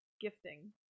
gifting